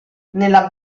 nella